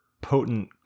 potent